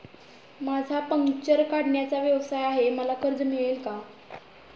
माझा पंक्चर काढण्याचा व्यवसाय आहे मला कर्ज मिळेल का?